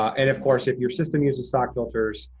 and of course if your system uses sock filters,